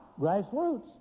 grassroots